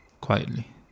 quietly